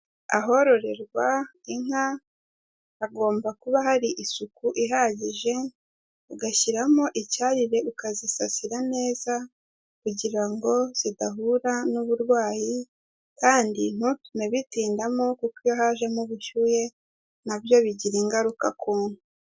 Ahororerwa inka hagomba kuba hari isuku ihagije, ugashyiramo icyarire ukazisasira neza kugira ngo zidahura n'uburwayi kandi ntutume bitindamo kuko iyo hajemo ubushyuhe na byo bigira ingaruka ku nka.